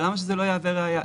אבל למה שזה לא יהווה ראיה?